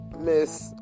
Miss